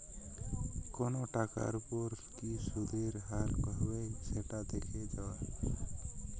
কোনো টাকার ওপর কি সুধের হার হবে সেটা দেখে যাওয়া